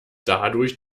dadurch